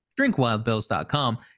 drinkwildbills.com